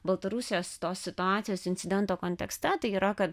baltarusijos tos situacijos incidento kontekste tai yra kad